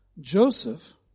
Joseph